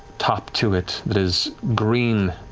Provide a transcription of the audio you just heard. top to it that is green,